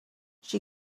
she